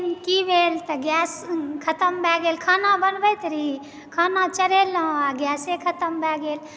की भेल तऽ गैस खतम भय गेल खाना बनबैत रहि खाना चढ़ेलहुॅं आ गैसे खतम भय गेल